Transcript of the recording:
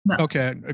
Okay